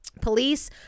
Police